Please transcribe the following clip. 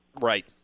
right